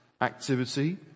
Activity